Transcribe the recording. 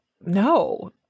no